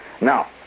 Now